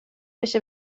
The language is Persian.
بشه